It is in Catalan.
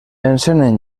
encenen